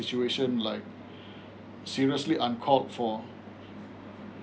situation like seriously uncalled for